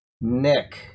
Nick